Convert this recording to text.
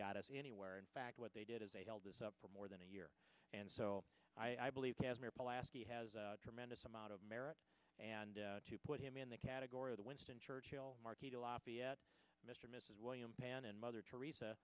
got us anywhere in fact what they did is they held us up for more than a year and so i believe casmir poll asked tremendous amount of merit and to put him in the category of the winston churchill marquis to lafayette mr mrs william penn and mother teresa